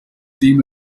team